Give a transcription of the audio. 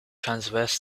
transverse